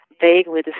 vaguely